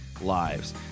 lives